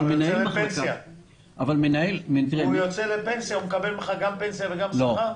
אבל כשהוא יוצא לפנסיה הוא מקבל ממך גם פנסיה וגם שכר?